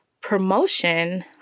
promotion